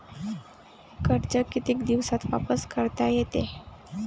कर्ज कितीक दिवसात वापस करता येते?